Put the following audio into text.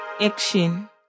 Action